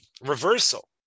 reversal